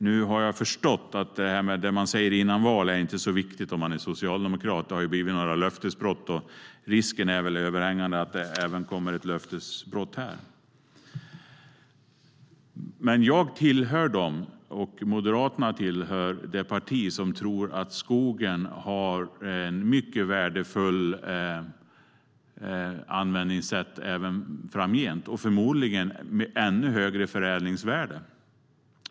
Nu har jag förstått att det man säger före ett val inte är så viktigt om man är socialdemokrat. Det har ju blivit några löftesbrott, och risken är väl överhängande att det kommer ett löftesbrott även här. Moderaterna är ett parti som tror att skogen har ett mycket värdefullt användningssätt även framgent och förmodligen ett ännu högre förädlingsvärde.